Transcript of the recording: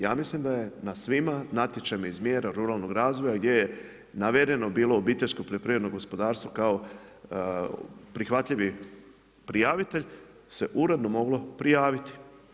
Ja mislim da je na svima natječajima iz mjera ruralnog razvoja, gdje je navedeno bilo obiteljsko poljoprivredno gospodarstvo kao prihvatljivi prijavitelj, se uredno moglo prijaviti.